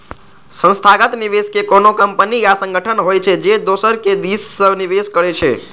संस्थागत निवेशक कोनो कंपनी या संगठन होइ छै, जे दोसरक दिस सं निवेश करै छै